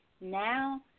Now